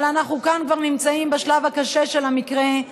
אבל אנחנו כאן כבר נמצאים בשלב הקשה של המקרה.